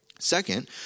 Second